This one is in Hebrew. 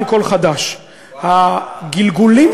מאור הגולה.